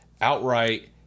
outright